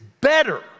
better